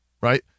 right